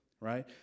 Right